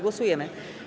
Głosujemy.